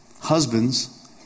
Husbands